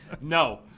No